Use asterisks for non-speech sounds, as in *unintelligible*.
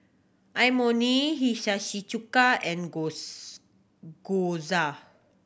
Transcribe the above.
Imoni Hiyashi Chuka and *unintelligible* Gyoza